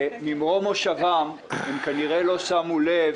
ממרום מושבם הם כנראה לא שמו לב